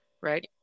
right